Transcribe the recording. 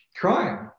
crime